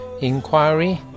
inquiry